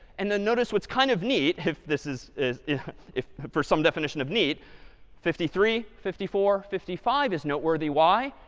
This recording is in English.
and then notice what's kind of neat if this is is yeah if for some definition of neat fifty three, fifty four, fifty five is noteworthy. why?